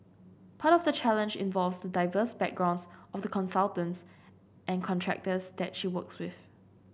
part of the challenge involves the diverse backgrounds of the consultants and contractors that she works with